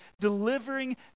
delivering